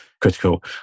critical